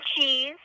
cheese